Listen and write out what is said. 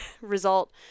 result